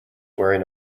wearing